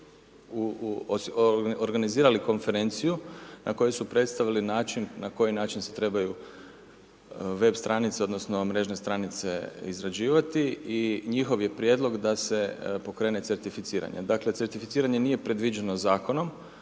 organizirali konferenciju na kojoj su predstavili način, na koji način se trebaju web stranice odnosno mrežne stranice izrađivati i njihov je prijedlog da se pokrene certificiranje. Dakle certificiranje nije predviđeno zakonom